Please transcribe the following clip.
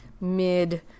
mid